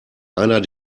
einer